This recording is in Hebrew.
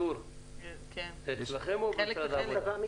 כדי שיוכלו להיות